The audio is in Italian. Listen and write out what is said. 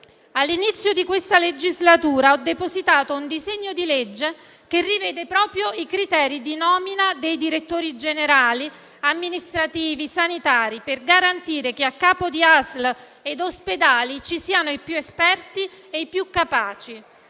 All'inizio di questa legislatura ho depositato un disegno di legge che rivede proprio i criteri di nomina dei direttori generali, amministrativi e sanitari per garantire che a capo di ASL ed ospedali ci siano i più esperti e i più capaci.